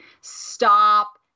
stop